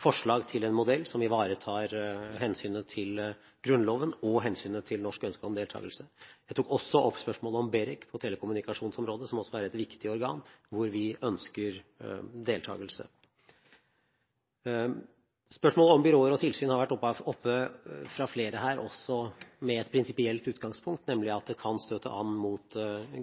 forslag til en modell som ivaretar hensynet til Grunnloven og hensynet til norsk ønske om deltakelse. Jeg tok også opp spørsmålet om BEREC på telekommunikasjonsområdet, som også er et viktig organ, hvor vi ønsker deltakelse. Spørsmålet om byråer og tilsyn har vært tatt opp fra flere her også med et prinsipielt utgangspunkt, nemlig at det kan støte an mot